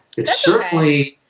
it certainly.